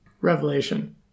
revelation